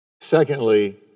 Secondly